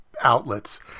outlets